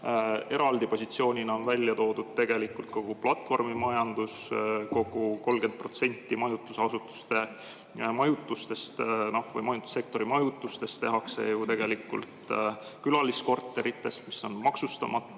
Eraldi positsioonina on välja toodud tegelikult kogu platvormimajandus. 30% majutussektori majutustest tehakse ju tegelikult külaliskorterites, mis on maksustamata